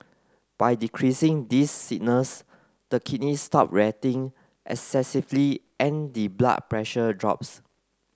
by decreasing these signals the kidneys stop reacting excessively and the blood pressure drops